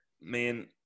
Man